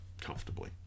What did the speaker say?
comfortably